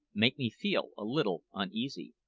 make me feel a little uneasy.